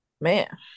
Man